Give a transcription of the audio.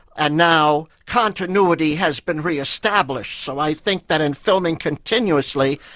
and now continuity has been re-established. so i think that in filming continuously,